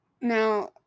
Now